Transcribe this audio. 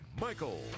Michael